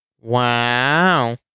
Wow